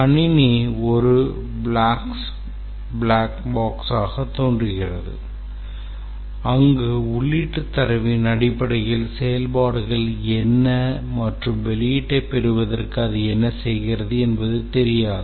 கணினி ஒரு black boxயாகத் தோன்றுகிறது அங்கு உள்ளீட்டுத் தரவின் அடிப்படையில் செயல்பாடுகள் என்ன மற்றும் வெளியீட்டைப் பெறுவதற்கு அது என்ன செய்கிறது என்பது தெரியாது